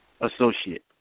associate